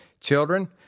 Children